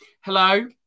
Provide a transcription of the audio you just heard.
Hello